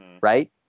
right